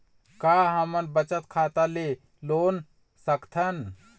का हमन बचत खाता ले लोन सकथन?